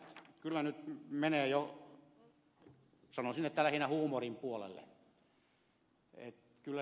tämä kyllä nyt menee jo sanoisin lähinnä huumorin puolelle